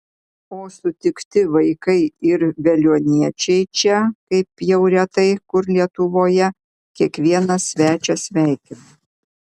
o sutikti vaikai ir veliuoniečiai čia kaip jau retai kur lietuvoje kiekvieną svečią sveikina